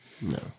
No